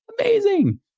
Amazing